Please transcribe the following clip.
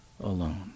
alone